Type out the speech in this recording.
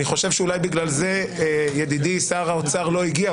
אני חושב שאולי בגלל זה ידידי שר האוצר לא הגיע,